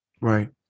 right